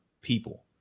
people